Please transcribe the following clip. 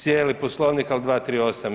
Cijeli Poslovnik, ali 238.